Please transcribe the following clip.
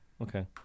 Okay